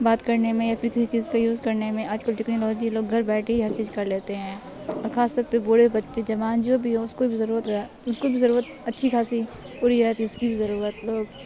بات کرنے میں یا پھر کسی چیز کا یوز کرنے میں آج کل ٹیکنالوجی لوگ گھر بیٹھے ہر چیز کر لیتے ہیں اور خاص طور پہ بوڑھے بچے جوان جو بھی ہو اس کو بھی ضرورت ہے اس کو بھی ضرورت اچھی خاصی پوری رہتی ہے اس کی بھی ضرورت لوگ